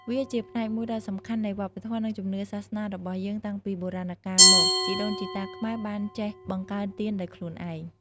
វាជាផ្នែកមួយដ៏សំខាន់នៃវប្បធម៌ និងជំនឿសាសនារបស់យើង តាំងពីបុរាណកាលមក ជីដូនជីតាខ្មែរបានចេះបង្កើតទៀនដោយខ្លួនឯង។